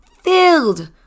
filled